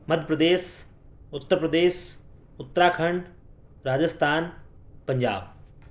Madhya Pradesh Uttar Pradesh Uttarakhand Rajasthan Punjab